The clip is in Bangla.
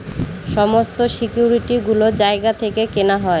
সমস্ত সিকিউরিটি গুলো জায়গা থেকে কেনা হয়